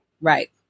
Right